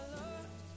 love